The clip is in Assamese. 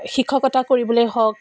শিক্ষকতা কৰিবলৈ হওক